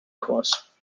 course